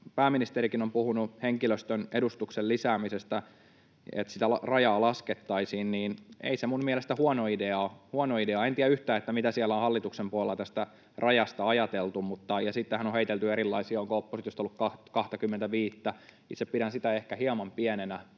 pääministerikin on puhunut henkilöstön edustuksen lisäämisestä, että sitä rajaa laskettaisiin, niin ei se minun mielestäni huono idea ole. En tiedä yhtään, mitä siellä hallituksen puolella tästä rajasta on ajateltu, ja sittenhän on heitelty erilaisia, onko oppositiosta ollut 25:tä, itse pidän sitä ehkä hieman pienenä.